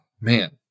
Man